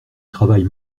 travaille